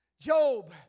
Job